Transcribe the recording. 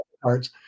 cards